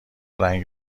رنگ